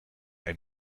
ein